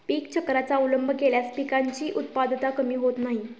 पीक चक्राचा अवलंब केल्यास पिकांची उत्पादकता कमी होत नाही